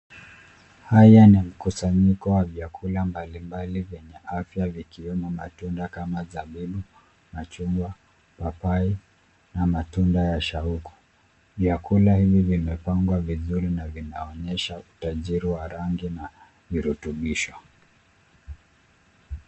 Haya ni mkusanyiko wa vyakula mbali mbali vyenye afya vikiwemo matunda kama zabibu, machungwa, papai na matunda ya shauku. Vyakula hivi vimepangwa vizuri na vinaonyesha utajiri wa rangi na virutubisho.